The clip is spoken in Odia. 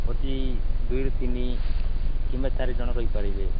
ଅତି ଦୁଇରୁ ତିନି କିମ୍ବା ଚାରି ଜଣ ରହିପାରିବେ